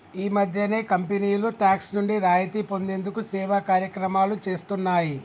ఈ మధ్యనే కంపెనీలు టాక్స్ నుండి రాయితీ పొందేందుకు సేవా కార్యక్రమాలు చేస్తున్నాయి